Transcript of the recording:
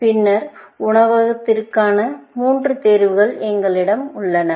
பின்னர் உணவகத்திற்கான மூன்று தேர்வுகள் எங்களிடம் உள்ளன